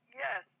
yes